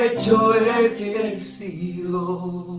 ah to sing you